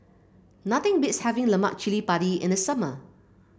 nothing beats having Lemak Cili Padi in the summer